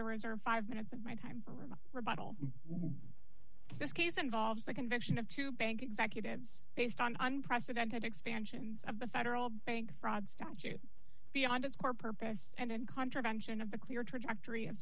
to reserve five minutes of my time for my rebuttal this case involves the conviction of two bank executives based on unprecedented expansions of the federal bank fraud statute beyond its core purpose and in contravention of the clear trajectory of